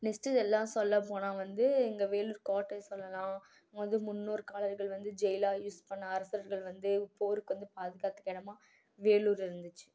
next எல்லாம் சொல்ல போனால் வந்து இங்கே வேலூர் கோட்டை சொல்லலாம் முது முன்னோர் காலர்கள் வந்து ஜெயிலாக யூஸ் பண்ண அரசர்கள் வந்து போருக்கு வந்து பாதுகாத்துக்க இடமா வேலூர் இருந்துச்சு